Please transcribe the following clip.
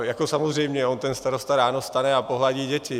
Jako samozřejmě, on ten starosta ráno vstane a pohladí děti.